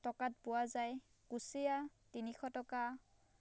টকাত পোৱা যায় কুচিয়া তিনিশ টকা